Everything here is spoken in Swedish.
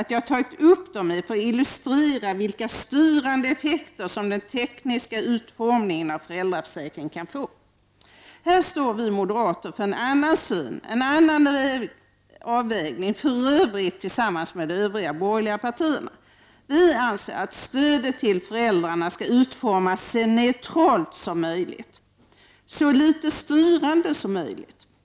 Att jag tagit upp dem är för att illustrera vilka styrande effekter som den tekniska utformningen av föräldraförsäkringen kan få. Här står vi moderater för en annan syn, en annan avvägning, för övrigt tillsammans med de övriga borgerliga partierna. Vi anser att stödet till föräldrarna skall utformas så neutralt som möjligt och så litet styrande som möjligt.